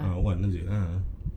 ah one nasib ah